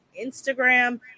Instagram